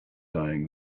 eyeing